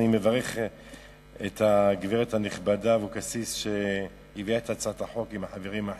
אני מברך את הגברת הנכבדה אבקסיס שהביאה את הצעת החוק עם החברים האחרים.